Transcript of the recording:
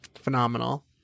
phenomenal